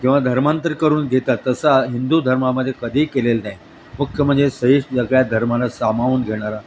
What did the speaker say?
जेव्हा धर्मांतर करून घेतात तसा हिंदू धर्मामध्ये कधीही केलेला नाही मुख्य म्हणजे सहिष सगळ्या धर्माना सामावून घेणारा